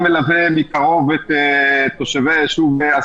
אני מלווה מקרוב את תושבי הישוב.